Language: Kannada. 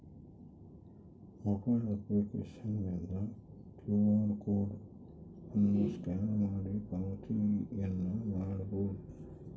ಮೊಬೈಲ್ ಅಪ್ಲಿಕೇಶನ್ನಿಂದ ಕ್ಯೂ ಆರ್ ಕೋಡ್ ಅನ್ನು ಸ್ಕ್ಯಾನ್ ಮಾಡಿ ಪಾವತಿಯನ್ನ ಮಾಡಬೊದು